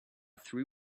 three